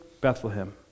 Bethlehem